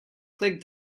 click